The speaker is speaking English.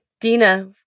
Dina